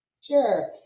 Sure